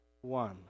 one